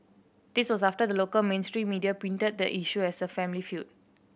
this was after the local mainstream media painted the issue as a family feud